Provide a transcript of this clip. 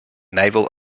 naval